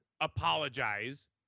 apologize